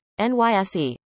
nyse